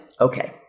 Okay